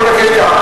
אני מבקש,